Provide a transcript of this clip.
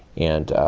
and ah,